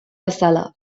bezala